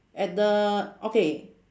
at the okay